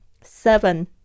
Seven